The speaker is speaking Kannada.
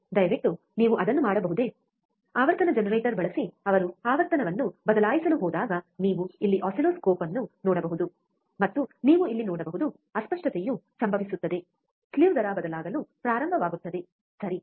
ದಯವಿಟ್ಟು ನೀವು ಅದನ್ನು ಮಾಡಬಹುದೇ ಆವರ್ತನ ಜನರೇಟರ್ ಬಳಸಿ ಅವರು ಆವರ್ತನವನ್ನು ಬದಲಾಯಿಸಲು ಹೋದಾಗ ನೀವು ಇಲ್ಲಿ ಆಸಿಲ್ಲೋಸ್ಕೋಪ್ ಅನ್ನು ನೋಡಬಹುದು ಮತ್ತು ನೀವು ಇಲ್ಲಿ ನೋಡಬಹುದು ಅಸ್ಪಷ್ಟತೆಯು ಸಂಭವಿಸುತ್ತದೆ ಸ್ಲೀವ್ ದರ ಬದಲಾಗಲು ಪ್ರಾರಂಭವಾಗುತ್ತದೆ ಸರಿ